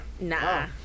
Nah